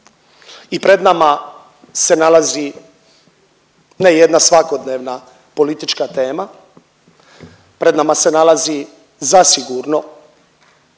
i pred nama se nalazi ne jedna svakodnevna politička tema, pred nama se nalazi zasigurno